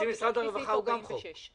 תקציב משרד הרווחה הוא גם על פי חוק.